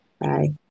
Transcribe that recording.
Bye